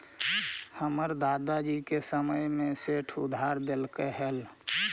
हमर दादा जी के समय में सेठ उधार देलकइ हल